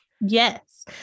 Yes